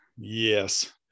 Yes